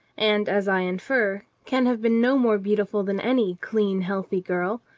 and, as i infer, can have been no more beautiful than any clean, healthy girl,